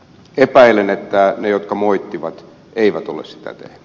epäilen että ne jotka moittivat eivät ole sitä tehneet